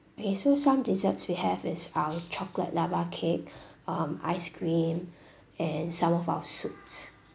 okay so some desserts we have is our chocolate lava cake um ice cream and some of our soups